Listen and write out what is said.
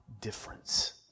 difference